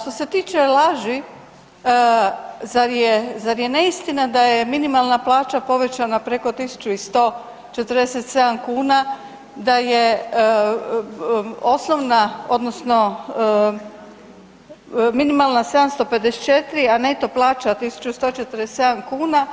Što se tiče laži, zar je neistina da je minimalna plaća povećana preko 1147 kuna, da je osnovna odnosno minimalna 754, a neto plaća 1147 kuna